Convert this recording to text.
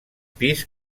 pis